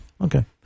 Okay